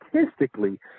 statistically